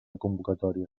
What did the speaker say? convocatòria